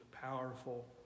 powerful